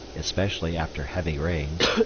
especially after heavy rains,